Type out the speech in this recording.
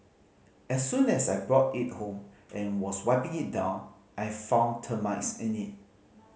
as soon as I brought it home and was wiping it down I found termites in it